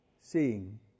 seeing